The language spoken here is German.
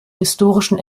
historischen